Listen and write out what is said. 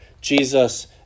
Jesus